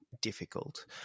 difficult